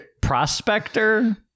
prospector